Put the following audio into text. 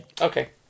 Okay